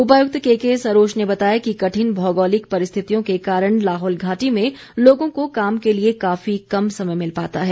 उपायुक्त केके सरोच ने बताया कि कठिन भौगोलिक परिस्थितियों के कारण लाहौल घाटी में लोगों को काम के लिए काफी कम समय मिल पाता है